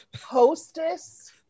Hostess